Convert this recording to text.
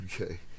Okay